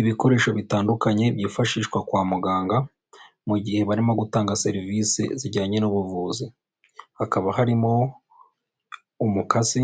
Ibikoresho bitandukanye byifashishwa kwa muganga, mu gihe barimo gutanga serivisi zijyanye n'ubuvuzi, hakaba harimo umukasi,